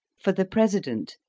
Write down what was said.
for the president,